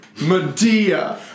Medea